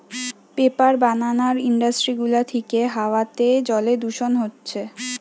paper বানানার industry গুলা থিকে হাওয়াতে জলে দূষণ হচ্ছে